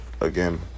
Again